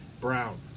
Brown